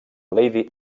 lady